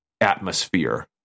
atmosphere